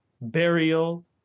burial